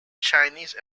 chinese